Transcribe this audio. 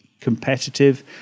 competitive